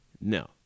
No